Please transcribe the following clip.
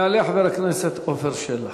יעלה חבר הכנסת עפר שלח,